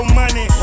money